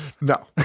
no